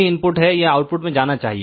जो भी इनपुट है यह आउटपुट में जाना चाहिए